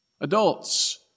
Adults